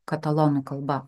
katalonų kalba